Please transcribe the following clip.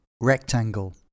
Rectangle